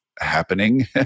happening